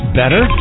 better